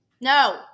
No